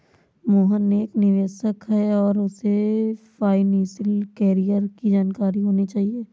मोहन एक निवेशक है और उसे फाइनेशियल कैरियर की जानकारी होनी चाहिए